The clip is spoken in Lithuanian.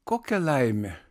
kokia laimė